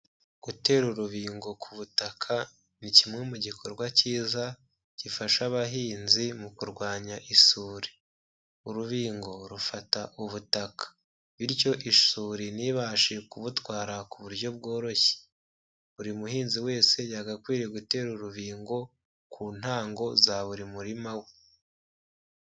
Gutera urubingo ku butaka ni kimwe mu gikorwa cyiza gifasha abahinzi mu kurwanya isuri. Urubingo rufata ubutaka bityo isuri ntibashe kubutwara ku buryo bworoshye. Buri muhinzi wese yagakwiriye gutera urubingo ku ntango za buri murima we.